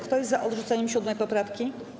Kto jest za odrzuceniem 7. poprawki?